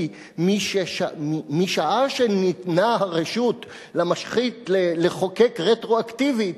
כי משעה שניתנה הרשות למשחית לחוקק רטרואקטיבית,